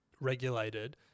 regulated